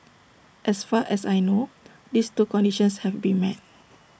as far as I know these two conditions have been met